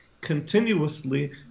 continuously